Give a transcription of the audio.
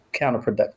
counterproductive